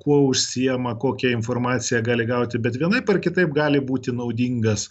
kuo užsiima kokią informaciją gali gauti bet vienaip ar kitaip gali būti naudingas